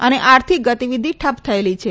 અને આર્થિક ગતિવિધિ ઠપ્પ થયેલી છે